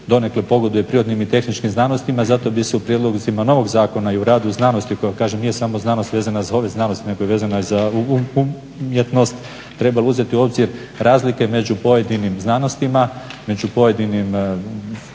donekle pogoduje privatnim i tehničkim znanostima zato bi se u prijedlozima novog zakona i u radu znanosti koja kažem nije samo znanost vezana za ove znanosti nego je vezana za umjetnost, trebalo uzeti u obzir razlike među pojedinim znanostima, među pojedinim